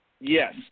Yes